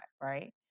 right